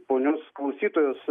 ponios klausytojos